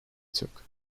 took